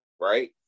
right